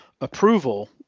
approval